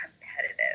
competitive